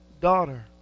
daughter